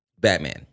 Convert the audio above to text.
Batman